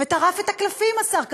וטרף את הקלפים, השר כחלון.